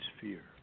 fear